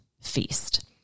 feast